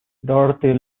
dorothy